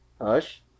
Hush